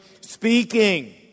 speaking